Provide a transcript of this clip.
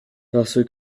parce